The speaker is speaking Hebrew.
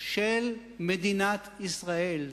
של מדינת ישראל,